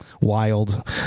wild